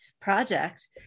project